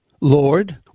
Lord